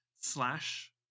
slash